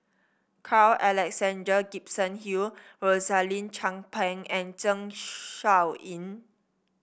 Carl Alexander Gibson Hill Rosaline Chan Pang and Zeng Shouyin